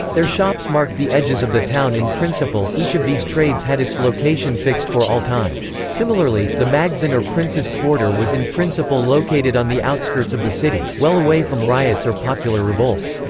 their shops marked the edges of the town in principle, each of these trades had its location fixed for all time. similarly, the maghzen or prince's quarter was in principle located on the outskirts of the city, well away from riots or popular revolts.